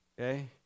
Okay